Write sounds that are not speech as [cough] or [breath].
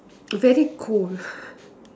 very cold [breath]